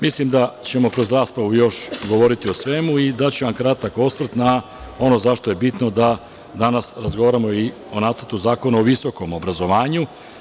Mislim da ćemo kroz raspravu još govoriti o svemu i daću vam kratak osvrt na ono zašto je bitno da danas razgovaramo i o Nacrtu zakona o visokom obrazovanju.